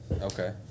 Okay